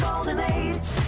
golden age